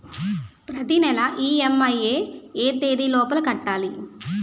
ప్రతినెల ఇ.ఎం.ఐ ఎ తేదీ లోపు కట్టాలి?